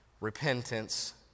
repentance